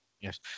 Yes